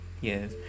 Yes